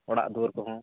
ᱚᱲᱟᱜ ᱫᱩᱭᱟᱹᱨ ᱠᱚᱦᱚᱸ